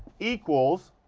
equals